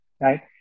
right